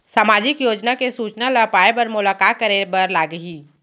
सामाजिक योजना के सूचना ल पाए बर मोला का करे बर लागही?